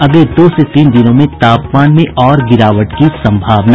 अगले दो से तीन दिनों में तापमान में और गिरावट की सम्भावना